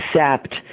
accept